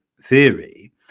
theory